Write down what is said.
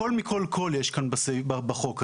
הכל מכל כל יש כאן בחוק הזה.